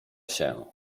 się